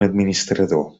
administrador